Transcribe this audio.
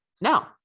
No